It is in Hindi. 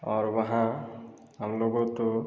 और वहाँ हम लोगों तो